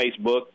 Facebook